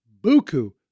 Buku